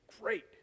great